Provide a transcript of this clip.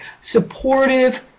supportive